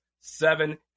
seven